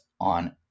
on